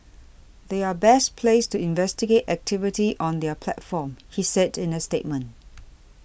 they are best placed to investigate activity on their platform he said in a statement